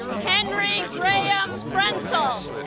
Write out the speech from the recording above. henry graham frentzel